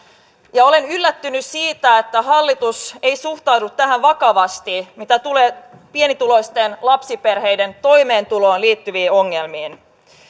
olen yllättynyt siitä että hallitus ei suhtaudu tähän vakavasti mitä tulee pienituloisten lapsiperheiden toimeentuloon liittyviin ongelmiin